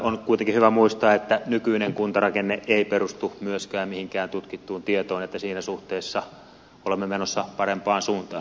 on kuitenkin hyvä muistaa että nykyinen kuntarakenne ei perustu myöskään mihinkään tutkittuun tietoon niin että siinä suhteessa olemme menossa parempaan suuntaan